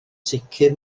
sicr